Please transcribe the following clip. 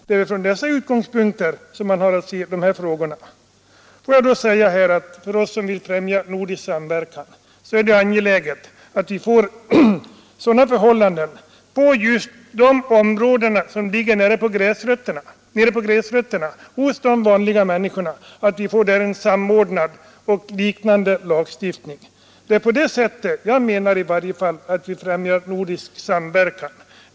Det är från dessa utgångspunkter som man har att se de här frågorna. För oss, som vill främja nordisk samverkan, är det angeläget att få enhetliga förhållanden till stånd på just områdena nere vid gräsrötterna, dvs. för de vanliga människorna. Äktenskapslagstiftningen och liknande lagstiftning bör därför samordnas. Jag menar i varje fall att det är på det sättet som vi främjar nordisk samverkan.